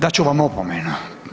Dat ću vam opomenu.